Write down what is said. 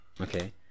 Okay